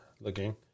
Looking